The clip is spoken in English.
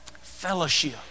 fellowship